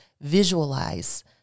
visualize